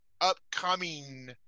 upcoming